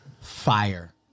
Fire